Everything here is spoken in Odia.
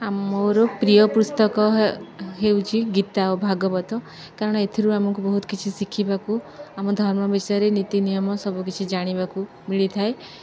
ମୋର ପ୍ରିୟ ପୁସ୍ତକ ହେଉଛି ଗୀତା ଓ ଭାଗବତ କାରଣ ଏଥିରୁ ଆମକୁ ବହୁତ କିଛି ଶିଖିବାକୁ ଆମ ଧର୍ମ ବିଷୟରେ ନୀତି ନିୟମ ସବୁକିଛି ଜାଣିବାକୁ ମିଳିଥାଏ